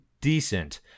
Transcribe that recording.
decent